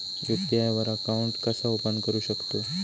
UPI वर account कसा open करू शकतव?